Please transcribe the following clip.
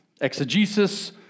exegesis